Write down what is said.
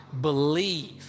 believe